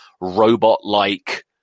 robot-like